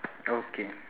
okay